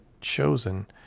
chosen